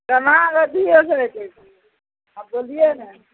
कमायल अद्धियो नहि होइ छै की अब बोलियौ ने